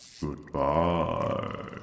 Goodbye